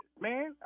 man